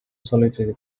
solitary